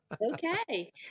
Okay